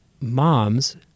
moms